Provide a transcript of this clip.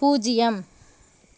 பூஜ்ஜியம்